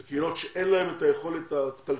אלה קהילות שאין להם את היכולת הכלכלית